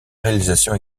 réalisation